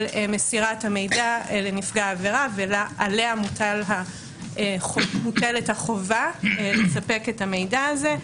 מסירת המידע לנפגע העבירה ועליה מוטלת החובה לספק את המידע הזה.